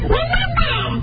Remember